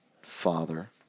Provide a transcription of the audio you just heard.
father